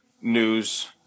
news